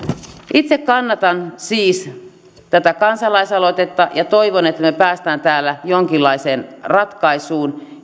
itse kannatan siis tätä kansalaisaloitetta ja toivon että me pääsemme täällä jonkinlaiseen ratkaisuun